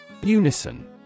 Unison